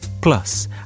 Plus